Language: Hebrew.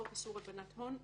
חוק איסור הלבנת הון,